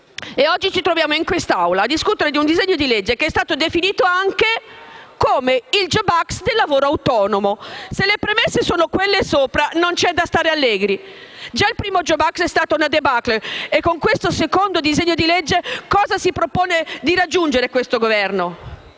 E oggi ci ritroviamo in questa Aula a discutere su un disegno di legge che è stato definito anche come il "*Jobs Act* del lavoro autonomo". Se le premesse sono quelle di cui sopra non c'è da stare allegri. Già il primo *Jobs Act* è stato una *débàcle*; con questo secondo disegno di legge cosa si propone di raggiungere il Governo?